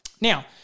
Now